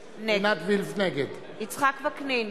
נגד יצחק וקנין,